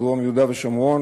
בדרום יהודה ושומרון,